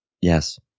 Yes